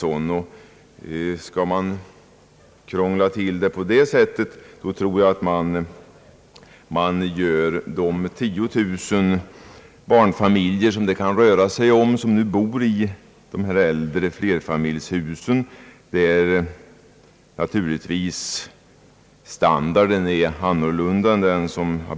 Om man på det sättet krånglar till det hela tror jag att man gör de 10 000 barnfamiljer, som det kan röra sig om och som bor i dessa äldre flerfamiljshus, en otjänst.